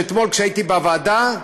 אתמול הייתי בוועדה,